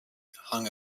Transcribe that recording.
hung